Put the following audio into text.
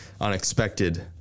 unexpected